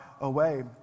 away